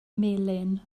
melin